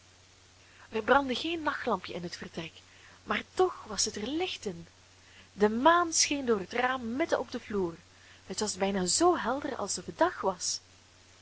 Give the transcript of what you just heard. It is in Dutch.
er brandde geen nachtlampje in het vertrek maar toch was het er licht in de maan scheen door het raam midden op den vloer het was bijna zoo helder alsof het dag was